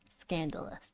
scandalous